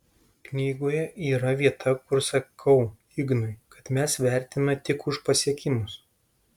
knygoje yra vieta kur sakau ignui kad mes vertinami tik už pasiekimus